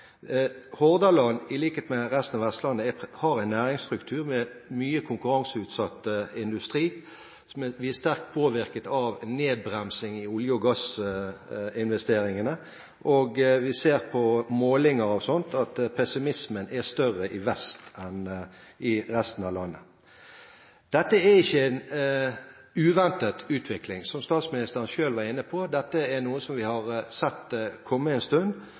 Hordaland har i likhet med resten av Vestlandet en næringsstruktur med mye konkurranseutsatt industri. Vi er sterkt påvirket av nedbremsing i olje- og gassinvesteringene, og vi ser på målinger osv. at pessimismen er større i vest enn i resten av landet. Dette er ikke en uventet utvikling, som statsministeren selv var inne på. Dette er noe vi har sett komme en stund.